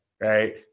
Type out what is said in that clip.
right